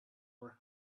were